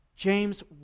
James